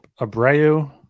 Abreu